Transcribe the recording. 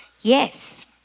Yes